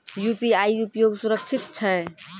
UPI उपयोग सुरक्षित छै?